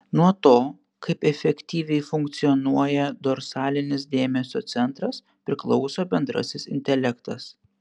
nuo to kaip efektyviai funkcionuoja dorsalinis dėmesio centras priklauso bendrasis intelektas